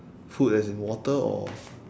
food as in water or